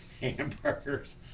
hamburgers